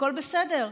הכול בסדר,